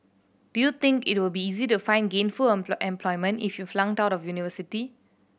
do you think it will be easy to find gainful employment if you flunked out of university